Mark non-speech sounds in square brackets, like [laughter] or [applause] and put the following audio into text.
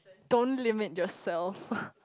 don't limit yourself [laughs]